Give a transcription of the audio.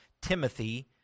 Timothy